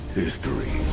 history